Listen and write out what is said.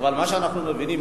אבל מה שאנחנו מבינים,